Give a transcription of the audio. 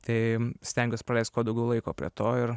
tai stengiuos praleist kuo daugiau laiko prie to ir